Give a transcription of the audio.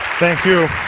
thank you.